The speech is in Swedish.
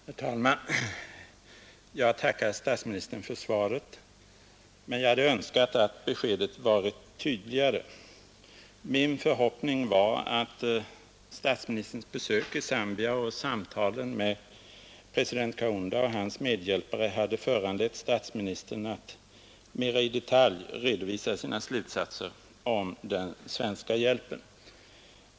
Herr talman! Jag tackar statsministern för svaret, men jag hade önskat att beskedet varit tydligare. Min förhoppning var att statsministerns besök i Zambia och samtalen med president Kaunda och hans medhjälpare skulle ha föranlett statsministern att mera i detalj redovisa sina slutsatser om den svenska hjälpen.